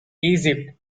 egypt